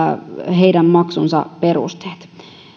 heidän maksunsa perusteet